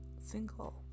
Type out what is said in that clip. single